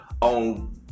on